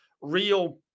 real